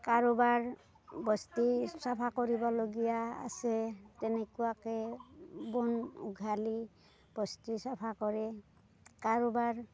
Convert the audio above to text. কাৰোবাৰ বস্তি চাফা কৰিবলগীয়া আছে তেনেকুৱাকে বন উঘালি বস্তি চাফা কৰে কাৰোবাৰ